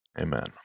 Amen